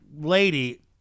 Lady